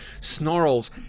snarls